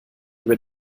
über